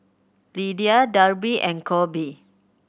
Lidia Darby and Coby